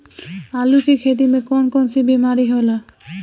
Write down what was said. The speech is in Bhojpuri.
आलू की खेती में कौन कौन सी बीमारी होला?